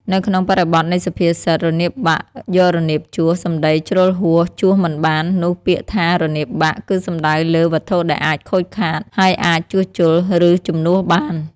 នៅក្នុងបរិបទនៃសុភាសិត "រនាបបាក់ យករនាបជួស សម្តីជ្រុលហួស ជួសមិនបាន" នោះពាក្យថា"រនាបបាក់" គឺសំដៅលើ វត្ថុដែលអាចខូចខាត ហើយអាចជួសជុល ឬជំនួសបាន។